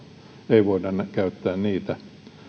ei voida käyttää niitä